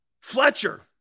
Fletcher